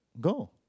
go